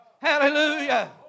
Hallelujah